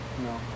No